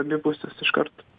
abi pusės iš karto